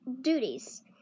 duties